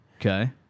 Okay